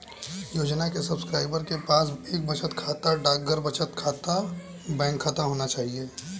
योजना के सब्सक्राइबर के पास एक बचत बैंक खाता, डाकघर बचत बैंक खाता होना चाहिए